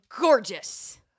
Gorgeous